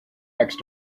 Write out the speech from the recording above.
next